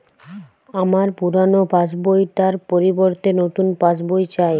আমার পুরানো passbook টার পরিবর্তে নতুন পাশ বই চাই